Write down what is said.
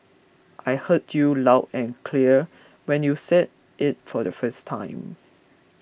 I heard you loud and clear when you said it for the first time